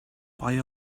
buy